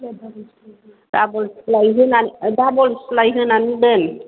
डाब'ल सिलाय होना डाब'ल सिलाय होनानै दोन